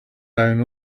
down